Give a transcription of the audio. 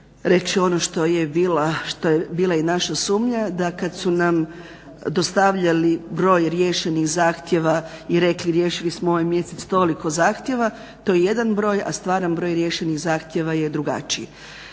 reći ono što je bila i naša sumnja da kad su nam dostavljati broj riješenih zahtjeva i rekli riješili smo ovaj mjesec toliko zahtjeva. To je jedan broj, a stvaran broj riješenih zahtjeva je drugačiji.